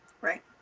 Right